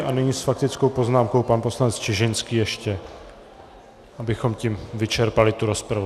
A nyní s faktickou poznámkou pan poslanec Čižinský ještě, abychom tím vyčerpali snad tu rozpravu.